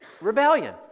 Rebellion